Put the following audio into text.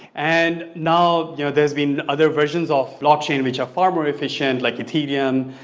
and now, you know, there's been other versions of lock chain which are far more efficient like ethereum,